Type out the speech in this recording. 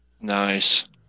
nice